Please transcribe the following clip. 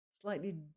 slightly